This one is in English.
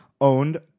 owned